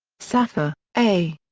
saffer, a.